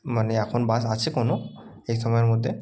মানে এখন বাস আছে কোনো এই সময়ের মধ্যে